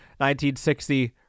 1960